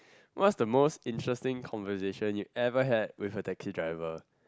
what's the most interesting conversation you've ever had with the Taxi driver